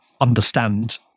understand